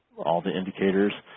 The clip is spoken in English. all the indicators?